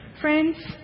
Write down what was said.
Friends